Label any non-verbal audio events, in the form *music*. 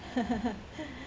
*laughs*